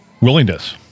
willingness